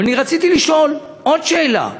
אבל אני רציתי לשאול עוד שאלה: